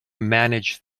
manage